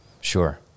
Sure